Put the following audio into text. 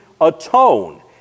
atone